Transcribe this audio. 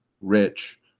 rich